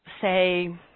say